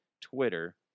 Twitter